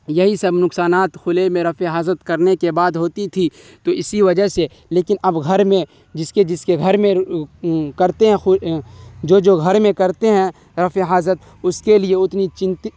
یہی سب نقصانات کھلے میں رفع حاجت کرنے کے بعد ہوتی تھی تو اسی وجہ سے لیکن اب گھر میں جس کے جس کے گھر میں کرتے ہیں جو جو گھر میں کرتے ہیں رفع حاجت اس کے لیے اتنی چنتت